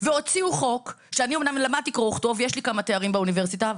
והוציאו חוק אני אמנם למדתי קרוא וכתוב ויש לי כמה תארים באוניברסיטה,